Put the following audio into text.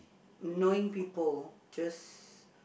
knowing people just